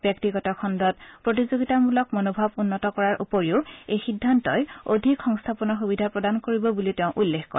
ব্যক্তিগত খণ্ডত প্ৰতিযোগিতামূলক মনোভাব উন্নত কৰাৰ উপৰিও এই সিদ্ধান্তই অধিক সংস্থাপনৰ সূবিধা প্ৰদান কৰিব বুলি তেওঁ উল্লেখ কৰে